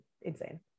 insane